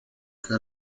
que